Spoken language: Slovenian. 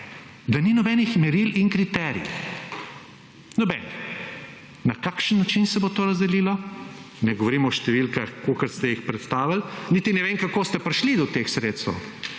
da ni nobenih meril in kriterijev, nobenih, na kakšen način se bo to razdelilo. Ne govorim o številkah, kakor ste jih predstavili niti ne vem, kako ste prišli do teh sredstev.